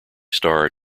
star